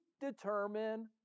determine